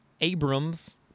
Abrams